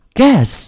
Guess